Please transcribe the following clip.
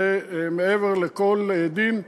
זה מעבר לכל דין.